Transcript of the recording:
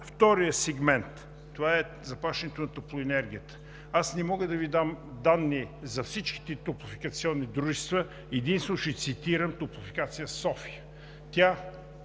втория сегмент, това е заплащането на топлоенергията. Аз не мога да Ви дам данни за всичките топлофикационни дружества и единствено ще цитирам „Топлофикация София“. Тя